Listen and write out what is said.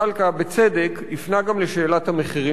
הפנה גם לשאלת המחירים של התחבורה הציבורית,